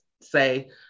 say